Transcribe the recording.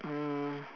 um